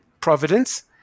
providence